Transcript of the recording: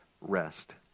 rest